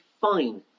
fine